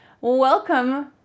welcome